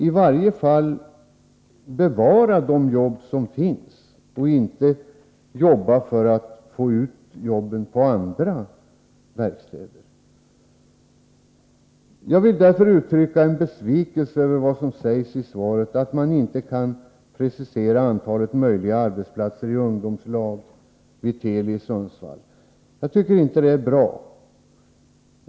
I varje fall borde man bevara de jobb som finns, och inte lägga ut dem på andra verkstäder. Jag vill uttrycka besvikelse över att det i svaret sägs att man inte kan precisera antalet möjliga arbetsplatser i ungdomslag vid Teli i Sundsvall. Jag tycker inte detta är bra.